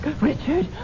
Richard